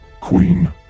Queen